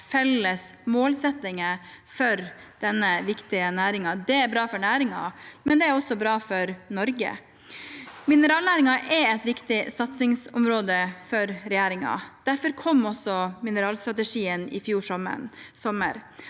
felles målsettinger for denne viktige næringen, er bra for næringen, men det er også bra for Norge. Mineralnæringen er et viktig satsingsområde for regjeringen. Derfor kom også mineralstrategien i fjor sommer.